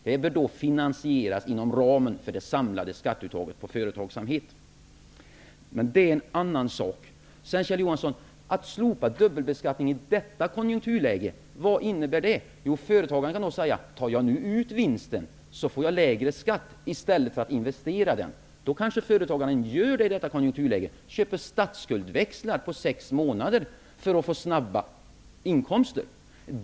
Det bör då finansieras inom ramen för det samlade skatteuttaget på företagsamheten. Men det är en annan sak. Vad innebär det att slopa dubbelbeskattningen i detta konjunkturläge? Jo, företagaren kan då säga: Tar jag nu ut vinsten i stället för att investera den så får jag lägre skatt. Då kanske företagaren gör det i detta konjunkturläge, t.ex. köper statsskuldväxlar på sex månader för att få snabba inkomster.